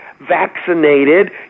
vaccinated